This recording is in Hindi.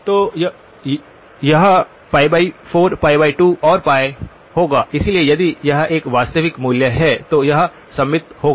तो यह be 42 और होगा इसलिए यदि यह एक वास्तविक मूल्य है तो यह सममित होगा